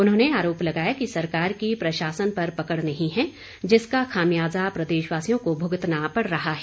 उन्होंने आरोप लगाया कि सरकार की प्रशासन पर पकड़ नहीं है जिसका खामियाजा प्रदेशवासियों को भुगतना पड़ रहा है